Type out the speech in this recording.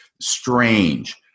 strange